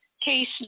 case